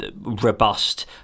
robust